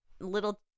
little